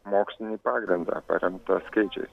mokslinį pagrindą paremtą skaičiais